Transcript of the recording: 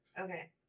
okay